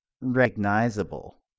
recognizable